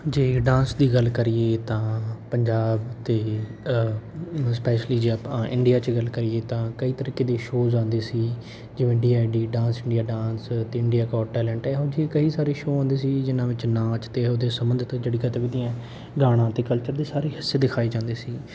ਜੇ ਡਾਂਸ ਦੀ ਗੱਲ ਕਰੀਏ ਤਾਂ ਪੰਜਾਬ ਤਾਂ ਸਪੈਸ਼ਲੀ ਜੇ ਆਪਾਂ ਇੰਡੀਆ 'ਚ ਗੱਲ ਕਰੀਏ ਤਾਂ ਕਈ ਤਰੀਕੇ ਦੇ ਸ਼ੋਅਸ ਆਉਂਦੇ ਸੀ ਜਿਵੇਂ D I D dance India dance ਅਤੇ ਇੰਡੀਆ ਗੋਟ ਟੇਲੇਂਟ ਹੈ ਇਹੋ ਜਿਹੇ ਕਈ ਸਾਰੇ ਸ਼ੋਅ ਆਉਂਦੇ ਸੀ ਜਿੰਨ੍ਹਾਂ ਵਿੱਚ ਨਾਚ ਅਤੇ ਉਹਦੇ ਸੰਬੰਧ ਤੋਂ ਜਿਹੜੀ ਗਤੀਵਿਧੀਆਂ ਗਾਣਾ ਅਤੇ ਕਲਚਰ ਦੇ ਸਾਰੇ ਹਿੱਸੇ ਦਿਖਾਏ ਜਾਂਦੇ ਸੀ